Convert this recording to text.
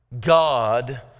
God